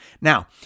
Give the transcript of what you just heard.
now